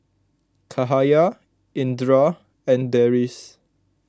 Cahaya Indra and Deris